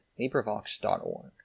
librivox.org